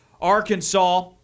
Arkansas